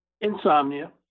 Insomnia